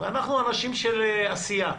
אנחנו אנשים של עשייה.